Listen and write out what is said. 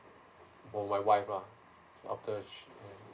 for my wife lah after she